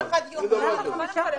אין דבר כזה.